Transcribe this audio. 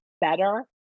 better